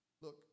Look